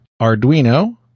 Arduino